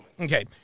Okay